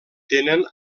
tenen